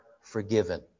forgiven